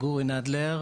גורי נדלר,